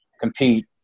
compete